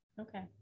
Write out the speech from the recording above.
Okay